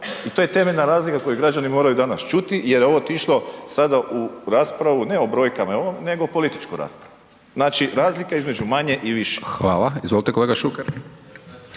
i to je temeljna razlika koju građani moraju danas čuti jer je ovo otišlo sada u raspravu, ne o brojkama i ovom nego političku raspravu. Znači razlika između manje i više. **Hajdaš Dončić, Siniša